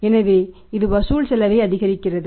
எனவே இது வசூல் செலவை அதிகரிக்கிறது